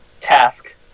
task